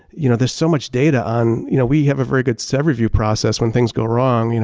you know, there's so much data on you know we have a very good said review process when things go wrong, you know